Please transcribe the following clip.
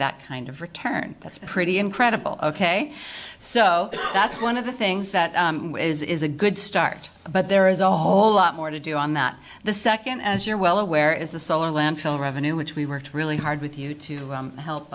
that kind of return that's pretty incredible ok so that's one of the things that is a good start but there is a whole lot more to do on that the second as you're well aware is the solar landfill revenue which we worked really hard with you to help